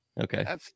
Okay